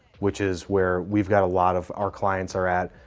which is where we've got a lot of our clients are at.